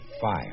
fire